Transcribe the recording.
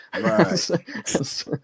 Right